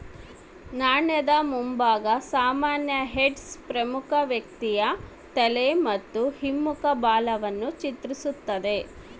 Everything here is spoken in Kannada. ನಾಣ್ಯದ ಮುಂಭಾಗ ಸಾಮಾನ್ಯ ಹೆಡ್ಸ್ ಪ್ರಮುಖ ವ್ಯಕ್ತಿಯ ತಲೆ ಮತ್ತು ಹಿಮ್ಮುಖ ಬಾಲವನ್ನು ಚಿತ್ರಿಸ್ತತೆ